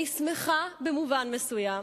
אני שמחה, במובן מסוים,